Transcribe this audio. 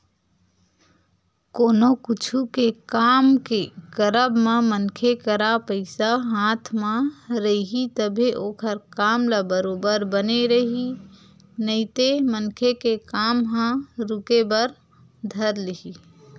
कोनो कुछु के काम के करब म मनखे करा पइसा हाथ म रइही तभे ओखर काम ह बरोबर बने रइही नइते मनखे के काम ह रुके बर धर लिही